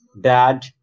dad